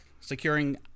securing